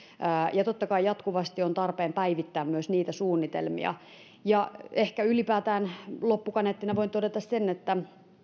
ja totta kai jatkuvasti on tarpeen päivittää myös niitä suunnitelmia ehkä ylipäätään loppukaneettina voin todeta sen että